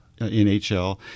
NHL